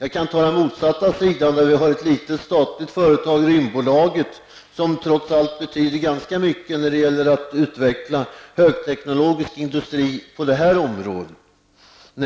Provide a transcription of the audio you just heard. På den motsatta sidan har vi ett litet statligt företag, rymdbolaget, som trots allt betyder ganska mycket när det gäller att utveckla högteknologisk industri på det området.